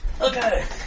Okay